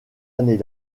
année